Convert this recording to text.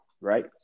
Right